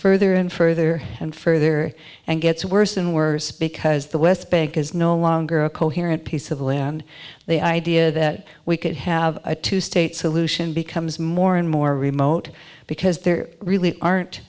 further and further and further and gets worse and worse because the west bank is no longer a coherent piece of land they idea that we could have a two state solution becomes more and more remote because there really aren't